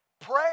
pray